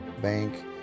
Bank